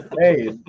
Hey